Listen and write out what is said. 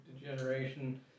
degeneration